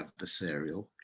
adversarial